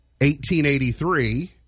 1883